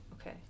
Okay